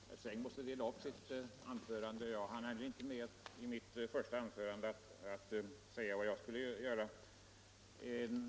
Herr talman! Herr Sträng måste dela upp sitt anförande. Jag hann heller inte med att i mitt första anförande säga vad jag skulle.